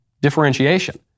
differentiation